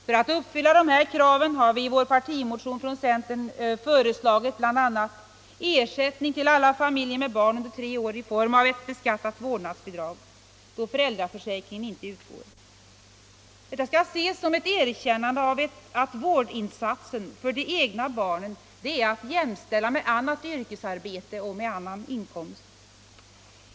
För att uppfylla dessa krav har vi i vår partimotion från centern föreslagit: 1. Ersättning till alla familjer med barn under tre år i form av ett beskattat vårdnadsbidrag, då föräldraförsäkring inte utgår. Detta skall ses som ett erkännande av att vårdinsatsen för de egna barnen är att jämställa med annat yrkesarbete och med annan inkomst.